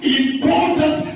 important